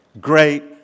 great